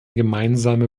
gemeinsame